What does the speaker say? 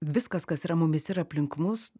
viskas kas yra mumyse ir aplink mus